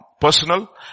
personal